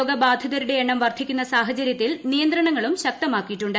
രോഗബാധിതരുടെ എണ്ണം വർദ്ധിക്കുന്ന സാഹചര്യത്തിൽ നിയന്ത്രണങ്ങളും ശക്തമാക്കിയിട്ടുണ്ട്